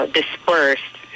dispersed